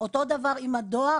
אותו דבר עם הדואר,